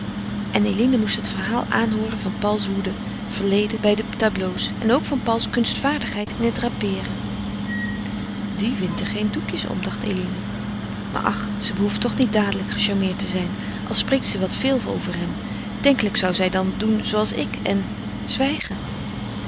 en eline moest het verhaal aanhooren van pauls woede verleden bij de tableaux en ook van pauls kunstvaardigheid in het drapeeren die windt er geen doekjes om dacht eline maar ach ze behoeft toch niet dadelijk gecharmeerd te zijn al spreekt ze wat veel over hem denkelijk zou zij dan doen zooals ik en zwijgen